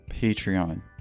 patreon